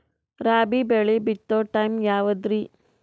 ರಾಬಿ ಬೆಳಿ ಬಿತ್ತೋ ಟೈಮ್ ಯಾವದ್ರಿ?